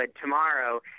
Tomorrow